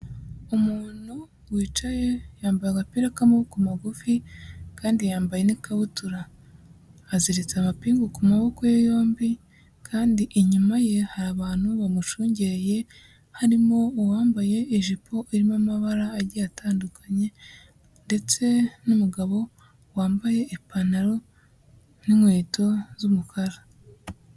Umuntu wicaye, yambaye agapira k'amaboko magufi kandi yambaye n'ikabutura, aziritse amapingu ku maboko ye yombi kandi inyuma ye hari abantu bamushungereye, harimo uwambaye ijipo irimo amabara agiye atandukanye ndetse n'umugabo wambaye ipantaro n'inkweto z'umukara.